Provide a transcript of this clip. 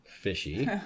fishy